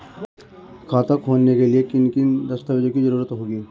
खाता खोलने के लिए किन किन दस्तावेजों की जरूरत होगी?